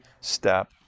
step